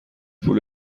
پول